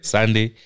Sunday